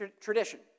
tradition